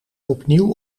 opnieuw